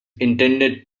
intended